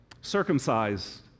circumcised